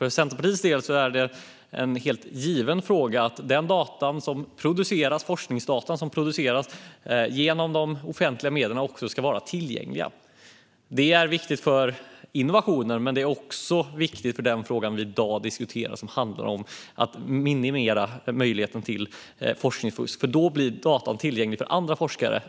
För Centerpartiets del är det en given fråga att de forskningsdata som produceras med hjälp av offentliga medel också ska vara tillgängliga. Det är viktigt för innovationer, och det är viktigt för den fråga vi i dag diskuterar, som handlar om att minimera möjligheten till forskningsfusk. Då blir data tillgängliga för andra forskare.